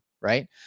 right